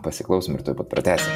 pasiklausom ir tuoj pat pratęsim